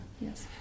Yes